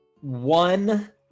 one